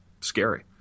scary